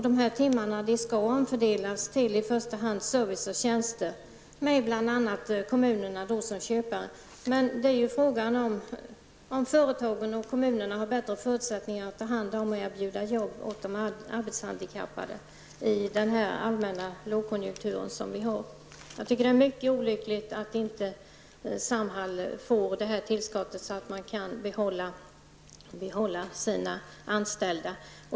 Dessa timmar skall omfördelas till i första hand service och tjänster, med bl.a. kommunerna som köpare. Frågan är om företagen och kommunerna har bättre förutsättningar att ta hand om och erbjuda jobb åt de arbetshandikappade i den allmänna lågkonjunktur som vi nu befinner oss i. Jag tycker att det är mycket olyckligt att inte Samhall får detta tillskott som vi föreslår för att kunna behålla sina anställda.